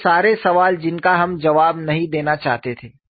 वो सारे सवाल जिनका हम जवाब नहीं देना चाहते थे